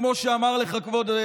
אתה יודע מה, בועז,